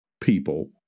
people